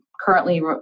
currently